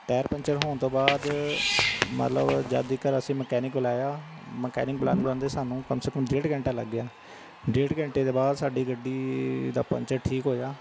tyre puncture ਹੋਣ ਤੋਂ ਬਾਅਦ ਮਤਲਬ ਜਾਦੀਕਰ ਅਸੀਂ ਮਕੈਨਿਕ ਬੁਲਾਇਆ ਮਕੈਨਿਕ ਬੁਲਾਉਂਦੇ ਬੁਲਾਉਂਦੇ ਸਾਨੂੰ ਕਮ ਸੇ ਕਮ ਡੇਢ ਘੰਟਾ ਲੱਗ ਗਿਆ ਡੇਢ ਘੰਟੇ ਦੇ ਬਾਅਦ ਸਾਡੀ ਗੱਡੀ ਦਾ ਪੰਚਰ ਠੀਕ ਹੋਇਆ